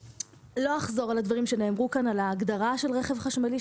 לא אחזור על הדברים שנאמרו כאן על ההגדרה של רכב חשמלי,